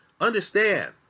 Understand